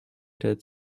did